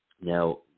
Now